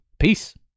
Peace